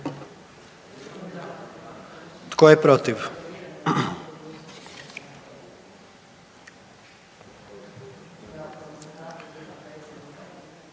tko je protiv?